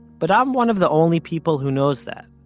but i'm one of the only people who knows that.